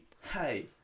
hey